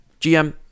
GM